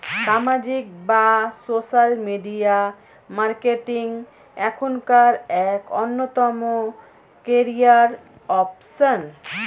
সামাজিক বা social media marketing এখনকার এক অন্যতম ক্যারিয়ার অপশন